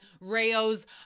Rayo's